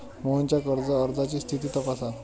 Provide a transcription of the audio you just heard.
मोहनच्या कर्ज अर्जाची स्थिती तपासा